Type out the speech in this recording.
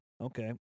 Okay